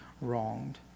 wronged